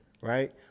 right